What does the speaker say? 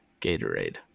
Gatorade